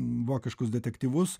vokiškus detektyvus